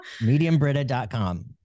Mediumbrita.com